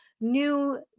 new